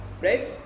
right